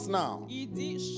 now